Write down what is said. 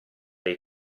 dei